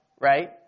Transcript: right